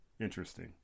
Interesting